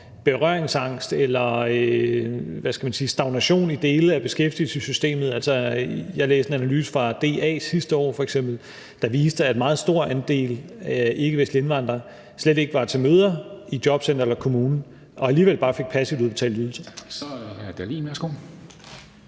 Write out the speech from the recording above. berøringsangst eller stagnation i dele af beskæftigelsessystemet. Jeg læste f.eks. en analyse fra DA sidste år, der viste, at en meget stor andel ikkevestlige indvandrere slet ikke var til møder i jobcenteret eller kommunen og alligevel bare passivt fik udbetalt ydelser.